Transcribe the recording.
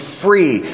free